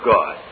God